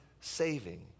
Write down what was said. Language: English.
saving